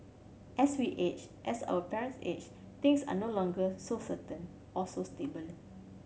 as we age as our parents age things are no longer so certain or so stable